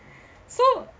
so